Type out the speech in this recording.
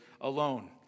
alone